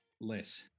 less